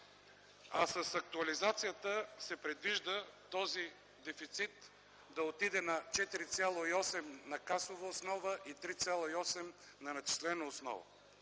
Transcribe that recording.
А с актуализацията се предвижда този дефицит да отиде на 4,8% на касова основа и 3,8% на начислена основа.